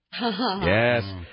Yes